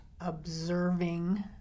observing